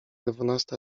dwunasta